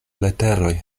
leteroj